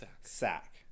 Sack